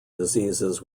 diseases